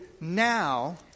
now